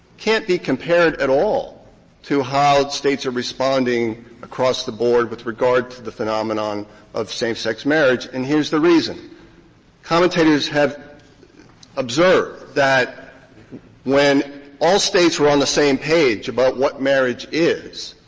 can't be compared at all to how states are responding across the board with regard to the phenomenon of same-sex marriage. and here's the reason commentators have observed that when all states are on the same page about what marriage is,